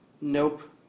Nope